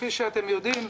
כפי שאתם יודעים,